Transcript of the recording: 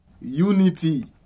unity